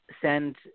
send